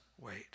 wait